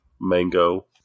Mango